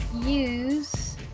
use